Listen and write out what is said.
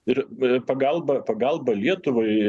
ir a pagalba pagalba lietuvai